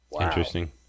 Interesting